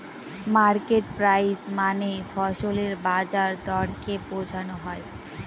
market price মানে ফসলের বাজার দরকে বোঝনো হয়